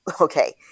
Okay